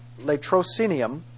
Latrocinium